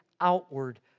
outward